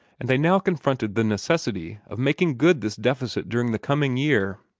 and they now confronted the necessity of making good this deficit during the coming year,